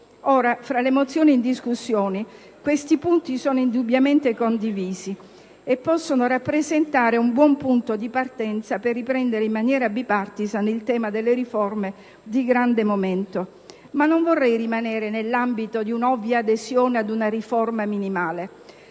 Tra le mozioni in discussione questi punti sono indubbiamente condivisi e possono rappresentare un buon punto di partenza per riprendere, in maniera *bipartisan,* il tema delle riforme di grande momento. Non vorrei tuttavia rimanere nell'ambito di una ovvia adesione a una riforma minimale.